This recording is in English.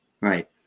Right